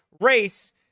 race